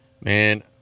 Man